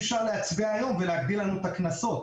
אפשר להצביע היום ולהגדיל לנו את הקנסות.